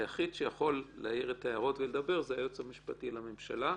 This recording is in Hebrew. היחיד שיכול להעיר הערות ולדבר זה היועץ המשפטי לממשלה,